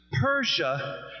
Persia